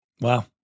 Wow